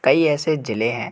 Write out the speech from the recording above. कई ऐसे ज़िले हैं